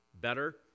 better